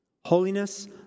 Holiness